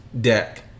deck